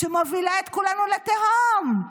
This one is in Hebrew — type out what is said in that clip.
שמובילה את כולנו לתהום.